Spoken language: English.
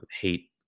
hate